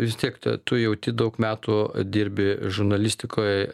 vis tiek tu tu jauti daug metų dirbi žurnalistikoj